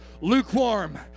lukewarm